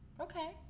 Okay